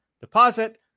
deposit